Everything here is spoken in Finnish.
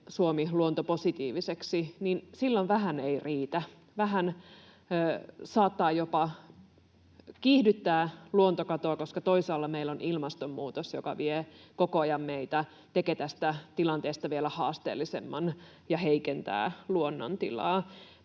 Suomi luontopositiiviseksi, silloin vähän ei riitä. Vähän saattaa jopa kiihdyttää luontokatoa, koska toisaalla meillä on ilmastonmuutos, joka vie koko ajan meitä, tekee tästä tilanteesta vielä haasteellisemman ja heikentää luonnon tilaa.